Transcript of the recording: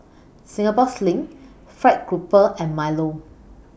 Singapore Sling Fried Grouper and Milo